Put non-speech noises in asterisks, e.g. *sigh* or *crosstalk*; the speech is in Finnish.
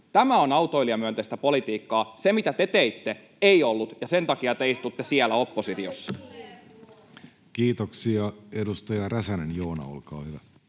Tämä on autoilijamyönteistä politiikkaa. Se, mitä te teitte, ei ollut, ja sen takia te istutte siellä oppositiossa. *noise* Kiitoksia. — Edustaja Räsänen, Joona, olkaa hyvä.